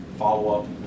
follow-up